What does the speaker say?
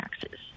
taxes